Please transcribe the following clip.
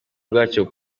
bwacyo